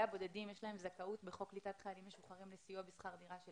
אתם פעם שכרתם דירה?